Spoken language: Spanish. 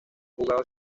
jugado